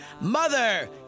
mother